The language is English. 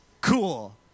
cool